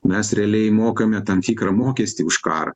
mes realiai mokame tam tikrą mokestį už karą